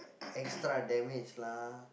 extra damage lah